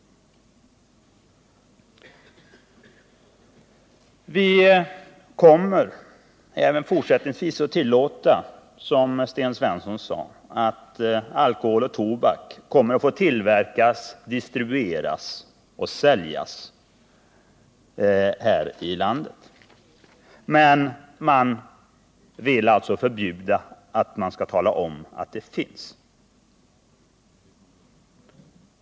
Vi kommer även fortsättningsvis att tillåta, som Sten Svensson sade, att alkohol och tobak tillverkas, distribueras och säljs här i landet. Men man vill alltså ha ett förbud mot att tala om att sådant finns.